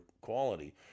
quality